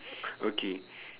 okay